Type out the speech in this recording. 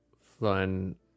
fun